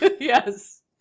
Yes